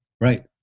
right